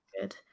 good